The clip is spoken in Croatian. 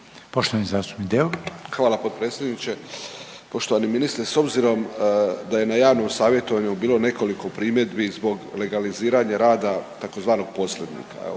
**Deur, Ante (HDZ)** Hvala potpredsjedniče. Poštovani ministre, s obzirom da je na javnom savjetovanju bilo nekoliko primjedbi zbog legaliziranja rada tzv. posrednika evo,